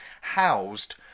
housed